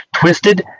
Twisted